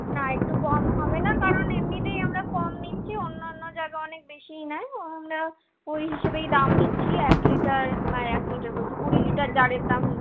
না একটু কম হবে না কারণ এমনিতেই আমরা কম নিচ্ছি অন্যান্য জায়গা অনেক বেশিই নেয় ও আমরা ওই হিসেবেই দাম নিচ্ছি এক লিটার মানে এক লিটার বলছি কুড়ি লিটার জারের দাম